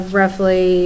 roughly